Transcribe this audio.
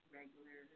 regular